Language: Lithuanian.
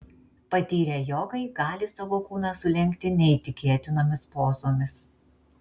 patyrę jogai gali savo kūną sulenkti neįtikėtinomis pozomis